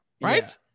right